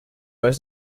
was